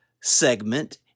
segment